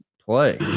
play